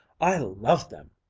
i love them!